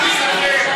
אל תיסחף.